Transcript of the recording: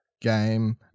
game